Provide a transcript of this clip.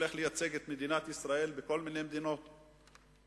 הולך לייצג את מדינת ישראל בכל מיני מדינות בעולם,